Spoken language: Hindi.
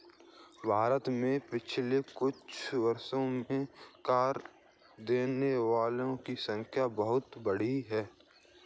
भारत में पिछले कुछ वर्षों में कर देने वालों की संख्या बहुत बढ़ी है